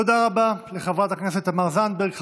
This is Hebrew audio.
תודה רבה לחברת הכנסת תמר זנדברג.